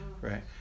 Right